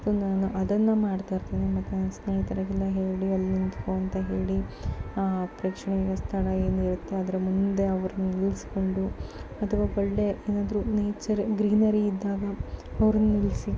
so ನಾನು ಅದನ್ನು ಮಾಡ್ತಾ ಇರ್ತೀನಿ ಮತ್ತೆ ನನ್ನ ಸ್ನೇಹಿತರಿಗೆಲ್ಲ ಹೇಳಿ ಅಲ್ಲಿ ನಿಂತ್ಕೋ ಅಂತ ಹೇಳಿ ಆ ಪ್ರೇಕ್ಷಣೀಯ ಸ್ಥಳ ಏನಿರುತ್ತೆ ಅದರ ಮುಂದೆ ಅವ್ರನ್ನು ನಿಲ್ಲಿಸ್ಕೊಂಡು ಅಥವಾ ಒಳ್ಳೆಯ ಏನಾದ್ರೂ ನೇಚರ್ ಗ್ರೀನರಿ ಇದ್ದಾಗ ಅವ್ರನ್ನು ನಿಲ್ಲಿಸಿ